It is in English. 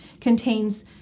contains